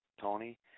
Tony